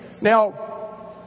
Now